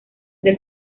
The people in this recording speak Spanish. del